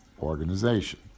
organization